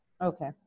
Okay